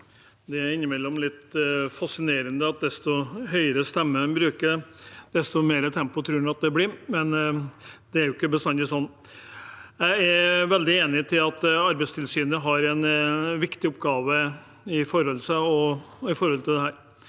Det er innimel- lom litt fascinerende at desto høyere stemme en bruker, desto mer tempo tror en at det blir, men det er ikke bestandig sånn. Jeg er veldig enig i at Arbeidstilsynet har en viktig oppgave her. Det at det er